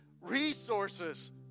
Resources